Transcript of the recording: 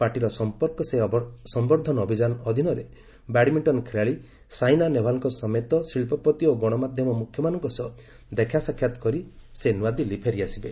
ପାର୍ଟିର ସମ୍ପର୍କ ସେ ସମର୍ଦ୍ଧନ ଅଭିଯାନ ଅଧୀନରେ ବ୍ୟାଡମିଣ୍ଟନ ଖେଳାଳି ସାଇନା ନେହୱାଲଙ୍କ ସମେତ ଶିଳ୍ପପତି ଓ ଗଣମାଧ୍ୟମ ମୁଖ୍ୟମାନଙ୍କ ସହ ଦେଖାସାକ୍ଷାତ୍ କରି ସେ ନୂଆଦିଲ୍ଲୀ ଫେରିଆସିବେ